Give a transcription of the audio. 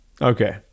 okay